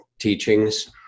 teachings